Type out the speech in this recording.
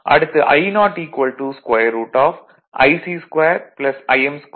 அடுத்து I0 √IC2 Im2 1